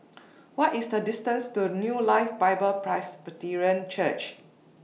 What IS The distance to New Life Bible Presbyterian Church